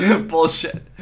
bullshit